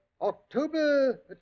October